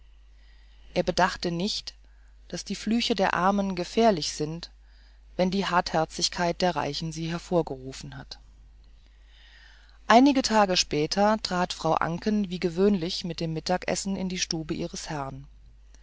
er bedachte nicht daß die flüche der armen gefährlich sind wenn die hartherzigkeit der reichen sie hervorgerufen hat einige tage später trat frau anken wie gewöhnlich mit dem mittagessen in die stube ihres herrn